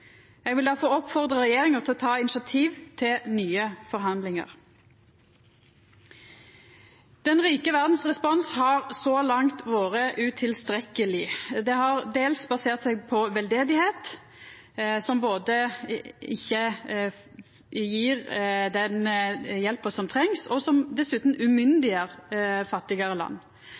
Eg vil difor oppmoda regjeringa til å ta initiativ til nye forhandlingar. Responsen frå den rike verda har så langt vore utilstrekkeleg. Det har dels basert seg på velgjerdsarbeid, som ikkje gjev den hjelpa som trengst, og som dessutan umyndiggjer fattigare land.